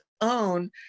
own